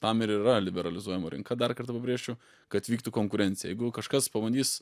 tam yra liberalizuojama rinka dar kartą pabrėžčiau kad vyktų konkurencija jeigu kažkas pabandys